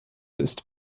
ist